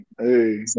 Hey